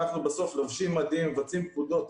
אנחנו בסוף לובשים מדים ומבצעים פקודות.